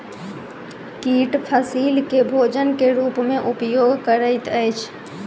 कीट फसील के भोजन के रूप में उपयोग करैत अछि